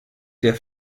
der